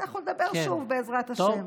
אנחנו נדבר שוב, בעזרת השם.